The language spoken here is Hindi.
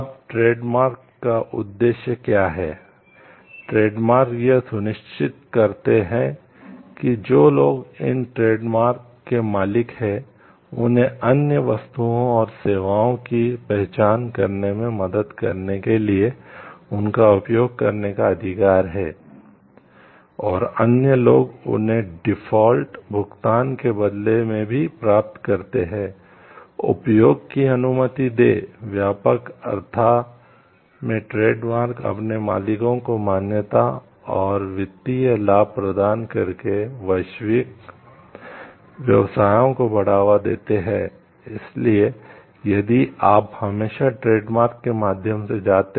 अब ट्रेडमार्क के माध्यम से जाते हैं